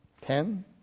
ten